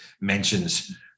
mentions